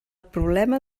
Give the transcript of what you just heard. problema